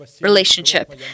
relationship